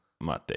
mate